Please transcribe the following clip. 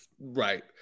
Right